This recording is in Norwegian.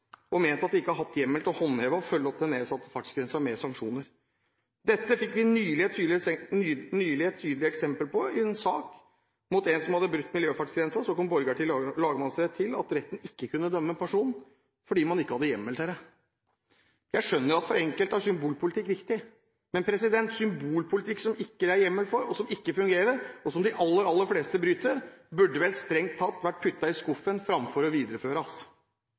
og ment at de ikke har hatt hjemmel til å håndheve og følge opp den nedsatte fartsgrensen med sanksjoner. Dette fikk vi nylig et tydelig eksempel på. I en sak mot en som hadde brutt miljøfartsgrensen, kom Borgarting lagmannsrett til at retten ikke kunne dømme personen, fordi man ikke hadde hjemmel til det. Jeg skjønner at for enkelte er symbolpolitikk viktig, men symbolpolitikk som det ikke er hjemmel for og som ikke fungerer, og som de aller fleste ikke bryr seg om, burde vel strengt tatt vært puttet i skuffen fremfor å videreføres.